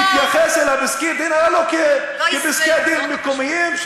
יתייחס אל פסקי-הדין האלה כאל פסקי-דין מקומיים,